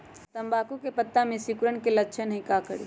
तम्बाकू के पत्ता में सिकुड़न के लक्षण हई का करी?